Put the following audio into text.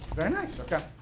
very nice, okay,